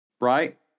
right